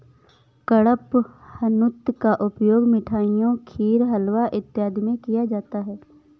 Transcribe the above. कडपहनुत का उपयोग मिठाइयों खीर हलवा इत्यादि में किया जाता है